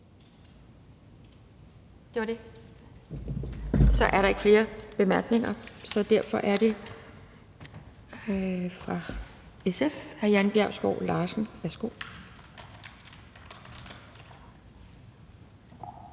Det var det. Der er ikke flere korte bemærkninger, og derfor er det fra SF hr. Jan Bjergskov Larsen. Værsgo.